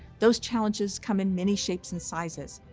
those challenges come in many shapes and sizes,